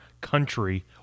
country